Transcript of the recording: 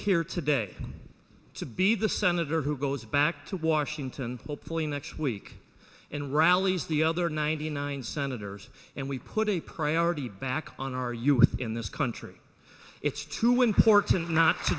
here today to be the senator who goes back to washington hopefully next week and rallies the other ninety nine senators and we put a priority back on our youth in this country it's too important not to